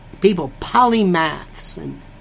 people—polymaths—and